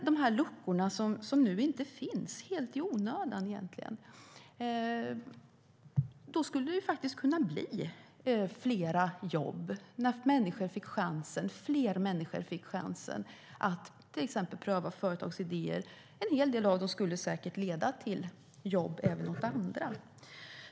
Sådana luckor finns inte nu, och så är det egentligen helt i onödan. Det skulle kunna bli fler jobb om fler människor fick chansen att till exempel pröva företagsidéer. En hel del av dem skulle säkert leda till jobb även till andra människor.